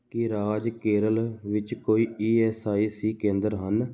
ਕੀ ਰਾਜ ਕੇਰਲਾ ਵਿੱਚ ਕੋਈ ਈ ਐੱਸ ਆਈ ਸੀ ਕੇਂਦਰ ਹਨ